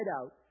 out